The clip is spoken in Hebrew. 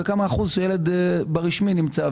וכמה אחוז שילד ברשמי נמצא,